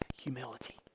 humility